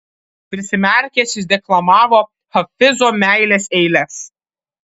prisimerkęs jis deklamavo hafizo meilės eiles